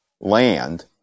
land